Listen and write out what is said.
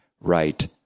right